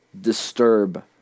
Disturb